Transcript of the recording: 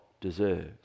deserves